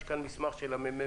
יש כאן מסמך של הממ"מ